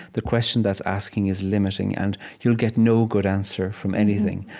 the question that's asking is limiting, and you'll get no good answer from anything.